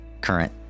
current